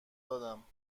دادم